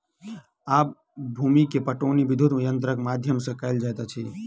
आब भूमि के पाटौनी विद्युत यंत्रक माध्यम सॅ कएल जाइत अछि